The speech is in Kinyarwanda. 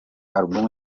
album